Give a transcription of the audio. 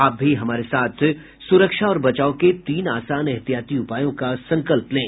आप भी हमारे साथ सुरक्षा और बचाव के तीन आसान एहतियाती उपायों का संकल्प लें